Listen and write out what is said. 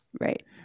Right